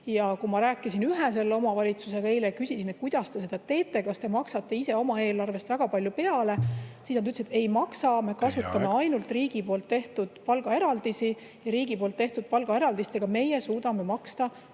palgast. Ma rääkisin ühe sellise omavalitsusega eile ja küsisin, et kuidas te seda teete, kas te maksate ise oma eelarvest väga palju peale. Nad ütlesid, et ei maksa … Teie aeg! … nad kasutavad ainult riigi poolt tehtud palgaeraldisi ja riigi poolt tehtud palgaeraldistega nad suudavad maksta